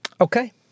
okay